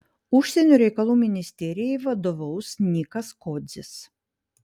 užsienio reikalų ministerijai vadovaus nikas kodzis